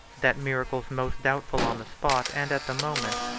that miracles most doubtful on the spot, and at the moment,